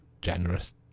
generous